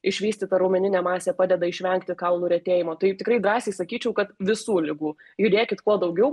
išvystyta raumeninė masė padeda išvengti kaulų retėjimo tai tikrai drąsiai sakyčiau kad visų ligų judėkit kuo daugiau